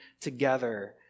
together